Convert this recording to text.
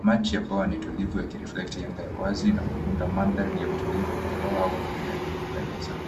Maji ambaypo ni tulivu yakiriflekti anga ya wazi na kuunda madhari ya utulivu wa kiroho au undani wa kupendeza.